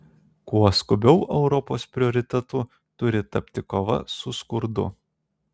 kuo skubiau europos prioritetu turi tapti kova su skurdu